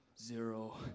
zero